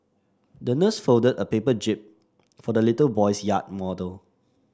the nurse folded a paper jib for the little boy's yacht model